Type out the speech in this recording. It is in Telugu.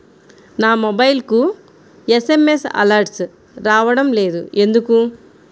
నా మొబైల్కు ఎస్.ఎం.ఎస్ అలర్ట్స్ రావడం లేదు ఎందుకు?